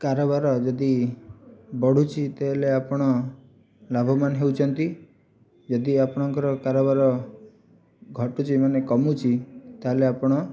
କାରବାର ଯଦି ବଢ଼ୁଛି ତା'ହେଲେ ଆପଣ ଲାଭବାନ ହେଉଛନ୍ତି ଯଦି ଆପଣଙ୍କର କାରବାର ଘଟୁଛି ମାନେ କମୁଛି ତା'ହେଲେ ଆପଣ